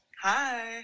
hi